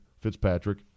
Fitzpatrick